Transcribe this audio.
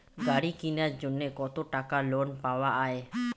গাড়ি কিনার জন্যে কতো টাকা লোন পাওয়া য়ায়?